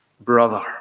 brother